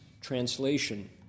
translation